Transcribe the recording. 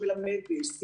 לומדים סיעוד,